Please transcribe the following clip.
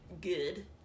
good